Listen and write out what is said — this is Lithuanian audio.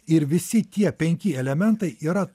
ir visi tie penki elementai yra